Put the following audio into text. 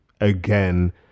again